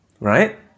Right